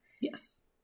Yes